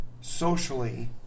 socially